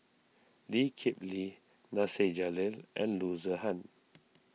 Lee Kip Lee Nasir Jalil and Loo Zihan